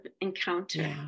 encounter